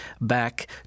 back